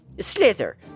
Slither